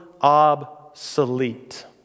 obsolete